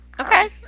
Okay